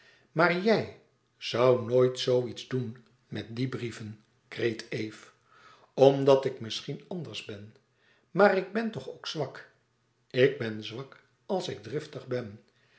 maar jij zoû nooit zoo iets doen met die brieven kreet eve omdat ik misschien anders ben maar ik ben toch ook zwak ik ben zwak als ik driftig ben